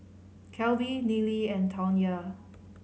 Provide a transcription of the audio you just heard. Kelby Nealy and Tawnya